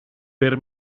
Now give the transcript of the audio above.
per